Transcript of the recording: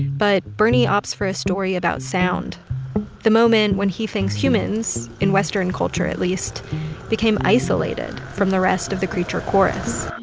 but bernie opts for a story about sound the moment when he thinks humans in western culture, at least became isolated from the rest of the creature chorus.